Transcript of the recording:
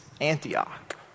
Antioch